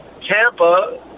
Tampa